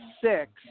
six